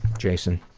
jason.